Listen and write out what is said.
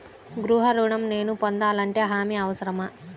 గృహ ఋణం నేను పొందాలంటే హామీ అవసరమా?